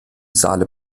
saale